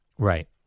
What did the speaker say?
Right